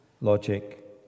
logic